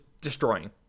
destroying